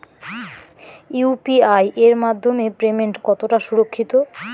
UPI এর মাধ্যমে payment কতটা সুরক্ষিত?